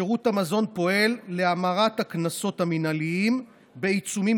שירות המזון פועל להמרת הקנסות המינהליים בעיצומים